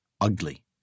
ugly